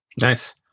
Nice